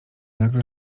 nagle